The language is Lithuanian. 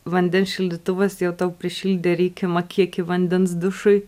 vandens šildytuvas jau tau prišildė reikiamą kiekį vandens dušui